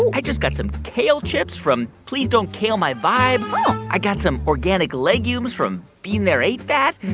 i just got some kale chips from please don't kale my vibe. i got some organic legumes from bean there, ate that.